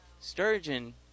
Sturgeon